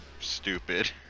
stupid